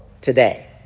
today